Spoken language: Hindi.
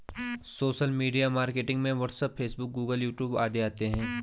सोशल मीडिया मार्केटिंग में WhatsApp Facebook Google YouTube आदि आते है